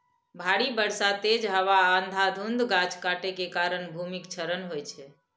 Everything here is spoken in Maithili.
भारी बर्षा, तेज हवा आ अंधाधुंध गाछ काटै के कारण भूमिक क्षरण होइ छै